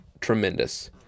tremendous